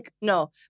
No